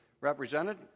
represented